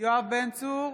יואב בן צור,